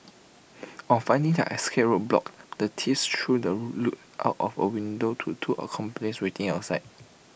on finding their escape route blocked the thieves threw the loot out of A window to two accomplices waiting outside